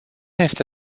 este